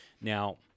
Now